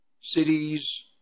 cities